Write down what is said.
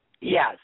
Yes